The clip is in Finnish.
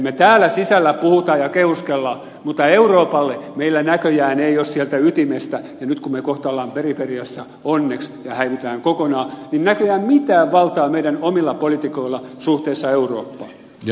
me täällä sisällä puhumme ja kehuskelemme mutta suhteessa eurooppaan meillä ei ole sieltä ytimestä ja nyt kun me kohta olemme periferiassa onneksi ja häivymme kokonaan näköjään mitään valtaa meidän omilla poliitikoillamme